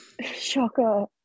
Shocker